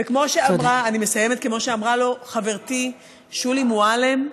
וכמו שאמרה לו חברתי שולי מועלם: